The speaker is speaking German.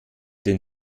den